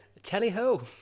Telly-ho